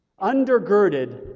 undergirded